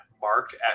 mark